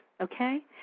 okay